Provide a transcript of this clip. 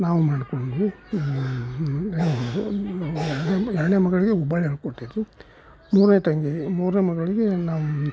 ನಾವು ಮಾಡಿಕೊಂಡ್ವಿ ಎರಡನೇ ಮಗಳಿಗೆ ಹುಬ್ಬಳ್ಳಿಯಲ್ ಕೊಟ್ಟಿದ್ದು ಮೂರನೇ ತಂಗಿ ಮೂರನೇ ಮಗಳಿಗೆ ನಮ್ಮ